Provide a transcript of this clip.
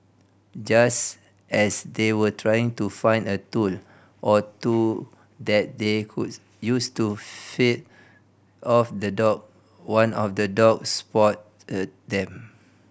just as they were trying to find a tool or two that they could use to fend off the dog one of the dogs spot them